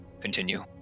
continue